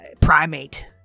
primate